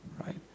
right